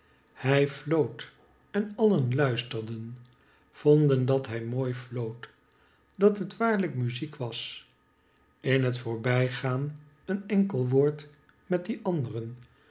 hij floot en alien luisterden vonden dat hij mooi floot dat het waarlijk muziek was in het voorbij gaan een enkel woord met die anderen